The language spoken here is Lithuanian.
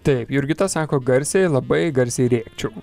taip jurgita sako garsiai labai garsiai rėkčiau